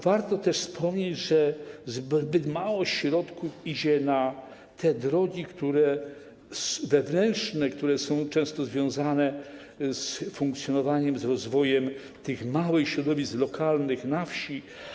Warto też wspomnieć, że zbyt mało środków idzie na drogi wewnętrzne, które są często związane z funkcjonowaniem, z rozwojem tych małych środowisk lokalnych na wsi.